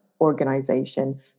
organization